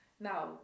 Now